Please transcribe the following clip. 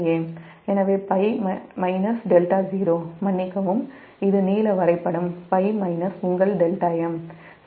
எனவேπ- δ0 மன்னிக்கவும் இது நீல வரைபடம் π உங்கள் δm